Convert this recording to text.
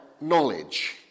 knowledge